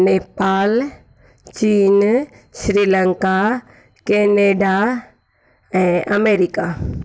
नेपाल चीन श्रीलंका केनेडा ऐं अमेरिका